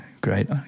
Great